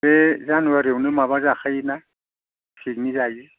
बे जानुवारियावनो माबा जाखायो ना पिकनिक जायो